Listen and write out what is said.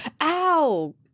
Ow